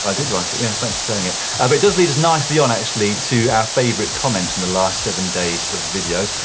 i did write it. yeah, thanks for saying it. ah but it does lead us nicely on actually to our favorite comments from the last seven days of videos,